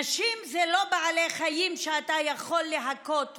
נשים זה לא בעלי חיים שאתה יכול להכות בהם,